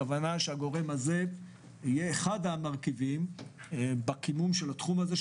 הכוונה שהגורם הזה יהיה אחד המרכיבים בהקמה של התחום הזה,